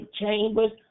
chambers